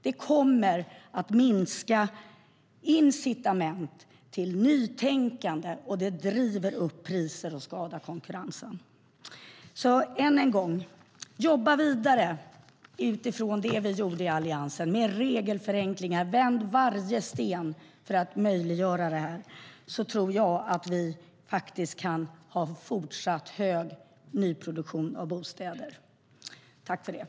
Det minskar incitament till nytänkande, det driver upp priser och det skadar konkurrensen.